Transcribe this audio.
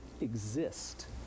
exist